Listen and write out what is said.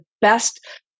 best